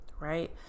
right